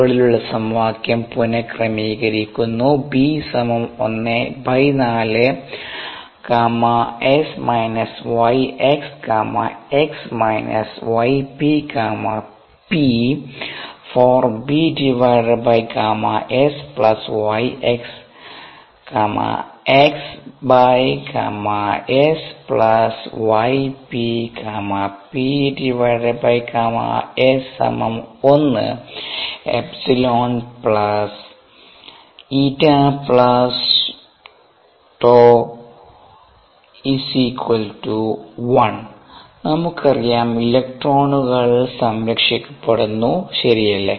മുകളിലുള്ള സമവാക്യം പുനക്രമീകരിക്കുന്നു b 14 Γs yx Γx yp Γp 4b Γs yx Γx Γsyp Γp Γs 1 ε η ζ 1 നമുക്കറിയാം ഇലക്ട്രോണുകൾ സംരക്ഷിക്കപ്പെടുന്നു ശരിയല്ലേ